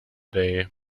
day